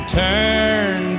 turn